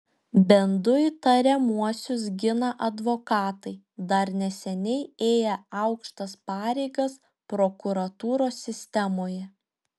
bent du įtariamuosius gina advokatai dar neseniai ėję aukštas pareigas prokuratūros sistemoje